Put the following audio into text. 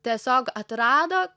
tiesiog atrado